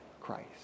Christ